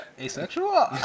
Asexual